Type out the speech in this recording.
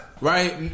Right